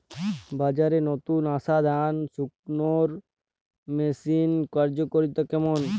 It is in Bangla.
বাজারে নতুন আসা ধান শুকনোর মেশিনের কার্যকারিতা কেমন?